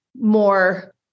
more